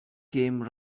came